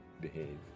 behave